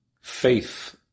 faith